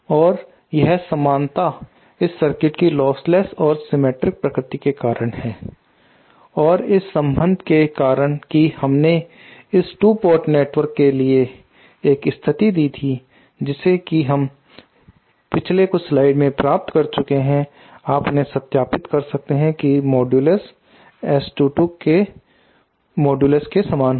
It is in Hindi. और यह समानता इस सर्किट की लोस्टलेस और सिमेट्रिक प्रकृति के कारण है और इस संबंध के कारण कि हमने इसे 2 पोर्ट नेटवर्क के लिए एक स्थिति दी थी जैसे कि हम पिछले कुछ स्लाइड में प्राप्त कर चुके थे आप उन्हें सत्यापित कर सकते हैं कि इसका मॉडुलुस S2 के मॉडुलुस के सामान होगा